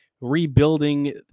rebuilding